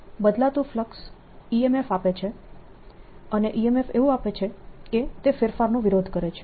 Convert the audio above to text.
આ નિયમ મુજબ બદલાતું ફ્લક્સ EMF આપે છે અને EMF એવું આપે છે કે તે ફેરફારનો વિરોધ કરે છે